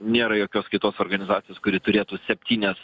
nėra jokios kitos organizacijos kuri turėtų septynias